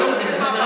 מה הבעיה?